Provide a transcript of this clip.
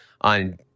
on